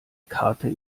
karte